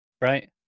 right